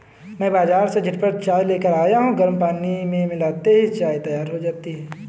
मैं बाजार से झटपट चाय लेकर आया हूं गर्म पानी में मिलाते ही चाय तैयार हो जाती है